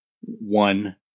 one